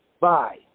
Bye